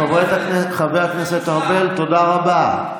חבר הכנסת ארבל, תודה רבה.